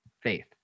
faith